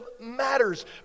matters